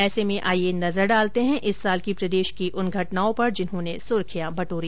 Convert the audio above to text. ऐसे में आईये नजर डालते है इस साल की प्रदेश की उन घटनाओं पर जिन्होंने सुर्खिया बटोरी